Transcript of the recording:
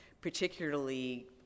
particularly